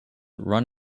run